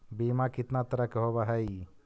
बीमा कितना तरह के होव हइ?